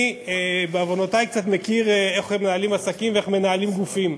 אני בעוונותי קצת מכיר איך מנהלים עסקים ואיך מנהלים גופים.